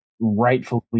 rightfully